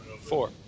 four